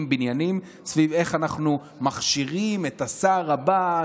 בניינים סביב איך אנחנו מכשירים את השר הבא,